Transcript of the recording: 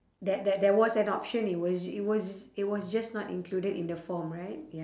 that that there was an option it was it was it was just not included in the form right ya